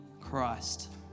Christ